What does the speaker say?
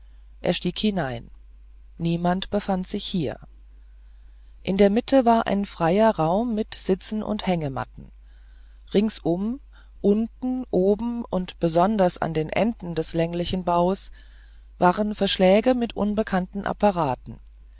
er stieg hinein niemand befand sich hier in der mitte war ein freier raum mit sitzen und hängematten ringsum unten oben und besonders an den enden des länglichen baus waren verschläge mit unbekannten apparaten